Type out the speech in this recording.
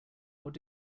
what